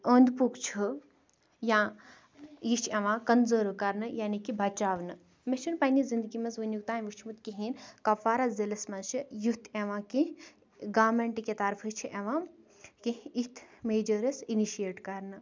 أنٛدۍ پوٚک چھُ یا یہِ چھِ یِوان کَنزٔرٕو کَرنہٕ یعنی کہِ بَچاونہٕ مےٚ چھِنہٕ پنٛنہِ زندگی منٛز وٕنیُک تام وٕچھمُت کِہیٖنۍ کَپوارہ ضِلَس منٛز چھِ یُتھ یِوان کینٛہہ گارمٮ۪نٛٹ کہِ طرفہٕ چھِ یِوان کینٛہہ اِتھۍ میجرٕز اِنِشیٹ کَرنہٕ